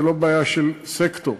זו לא בעיה של סקטור,